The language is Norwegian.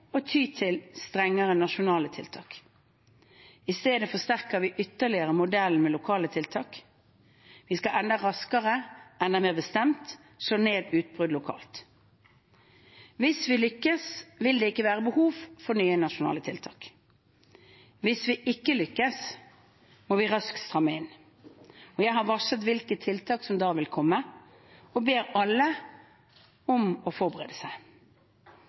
å ty til strengere nasjonale tiltak. I stedet forsterker vi ytterligere modellen med lokale tiltak. Vi skal enda raskere, enda mer bestemt slå ned utbrudd lokalt. Hvis vi lykkes, vil det ikke være behov for nye nasjonale tiltak. Hvis vi ikke lykkes, må vi raskt stramme inn. Jeg har varslet hvilke tiltak som da vil komme, og ber alle om å forberede seg.